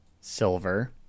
silver